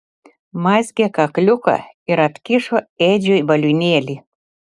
mazgė kakliuką ir atkišo edžiui balionėlį